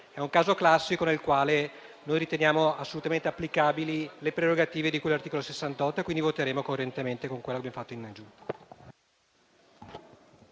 è un caso classico nel quale noi riteniamo assolutamente applicabili le prerogative di cui all'articolo 68. Voteremo pertanto coerentemente con quello che abbiamo fatto in sede